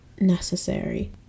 necessary